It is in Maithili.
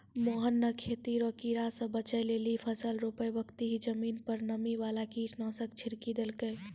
मोहन नॅ खेती रो कीड़ा स बचै लेली फसल रोपै बक्ती हीं जमीन पर नीम वाला कीटनाशक छिड़की देलकै